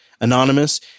Anonymous